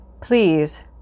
Please